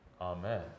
Amen